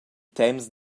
temps